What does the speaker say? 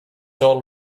all